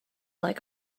like